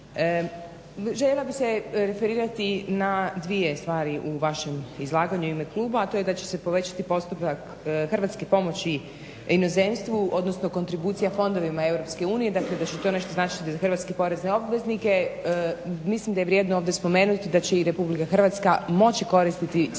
željela bih se referirati na dvije stvari u vašem izlaganju u ime kluba, a to je da će se povećati postotak hrvatske pomoći inozemstvu odnosno kontribucija fondovima EU, dakle da će to nešto značiti za hrvatske porezne obveznike. Mislim da je vrijedno ovdje spomenuti da će i Republika Hrvatska moći koristiti sredstva